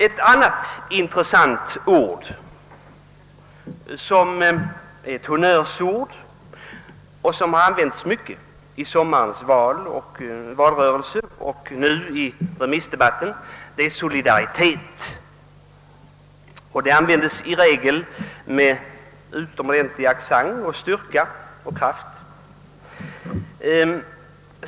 Ett annat intressant ord, som är ett honnörsord och som har använts mycket i sommarens valrörelse och nu i remissdebatten, är »solidaritet». Det användes i regel med utomordentlig accent, styrka och kraft.